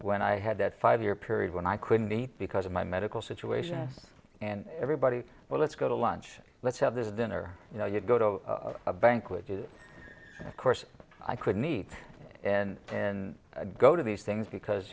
when i had that five year period when i couldn't eat because of my medical situation and everybody well let's go to lunch let's have the dinner you know you'd go to a bank which is of course i couldn't eat in and go to these things because